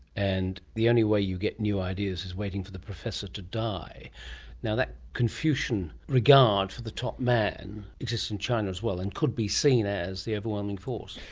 and the only way you get new ideas is waiting for the professor to die now that confucian regard for the top man persisted in china as well and could be seen as the overwhelming force.